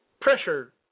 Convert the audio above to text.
pressure